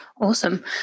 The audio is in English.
Awesome